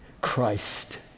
Christ